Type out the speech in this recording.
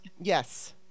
yes